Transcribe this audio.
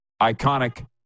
iconic